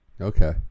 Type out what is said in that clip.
Okay